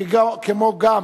כמו גם